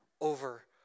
over